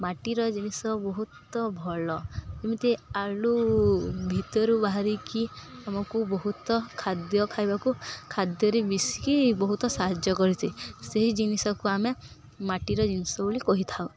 ମାଟିର ଜିନିଷ ବହୁତ ଭଲ ଯେମିତି ଆଳୁ ଭିତରୁ ବାହାରିକି ଆମକୁ ବହୁତ ଖାଦ୍ୟ ଖାଇବାକୁ ଖାଦ୍ୟରେ ମିଶିକି ବହୁତ ସାହାଯ୍ୟ କରିଥାଏ ସେହି ଜିନିଷକୁ ଆମେ ମାଟିର ଜିନିଷ ବୋଲି କହିଥାଉ